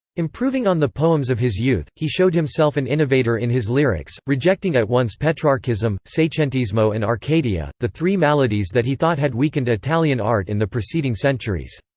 improving on the poems of his youth, he showed himself an innovator in his lyrics, rejecting at once petrarchism, secentismo and arcadia, the three maladies that he thought had weakened italian art in the preceding centuries.